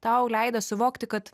tau leido suvokti kad